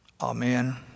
Amen